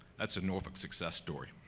that's a norfolk success story.